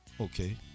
Okay